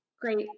great